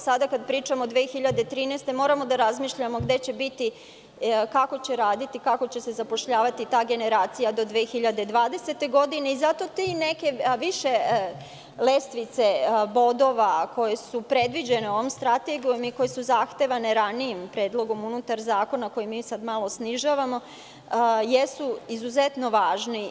Sada kada pričamo 2013. godine moramo da razmišljamo gde će biti i kako će raditi i kako će se zapošljavati ta generacija do 2020. godine i zato te neke više lestvice bodova koje su predviđene ovom strategijom i koje su zahtevane ranijim predlogom unutar zakona, koji mi sad malo snižavamo jesu izuzetno važni.